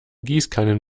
gießkannen